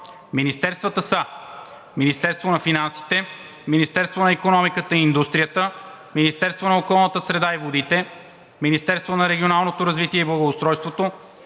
Министерствата са: Министерство на финансите; Министерство на икономиката и индустрията; Министерство на околната среда и водите; Министерство на регионалното развитие и благоустройството;